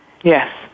Yes